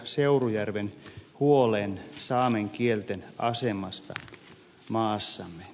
seurujärven huoleen saamen kielten asemasta maassamme